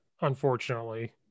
unfortunately